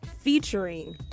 featuring